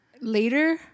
Later